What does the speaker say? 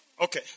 okay